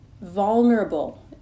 vulnerable